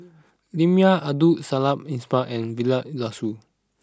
Lim Yau Abdul Samad Ismail and Vilma Laus